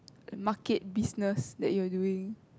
market business that you are doing